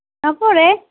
নপঢ়ে